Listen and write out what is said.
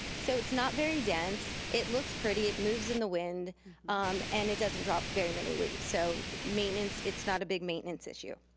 so it's not very dense. it looks pretty, it moves in the wind and it doesn't drop very many leaves. so maintenance, it's not a big maintenance issue.